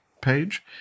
page